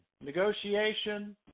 negotiation